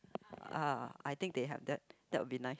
ah I think they have that that would be nice